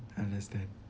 understand